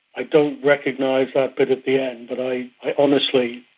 i don't recognise that bit at the end, but i i honestly,